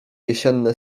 jesienne